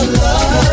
love